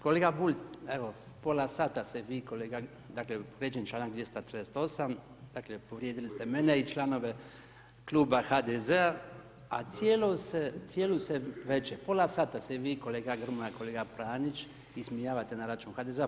Kolega Bulj, evo pola sata ste vi i kolega, dakle povrijeđen je članak 238. dakle povrijedili ste mene i članove Kluba HDZ-a, a cijelu se večer, pola sata se vi i kolega Grmoja, kolega Pranjić ismijavate na račun HDZ-a.